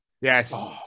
yes